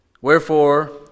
Wherefore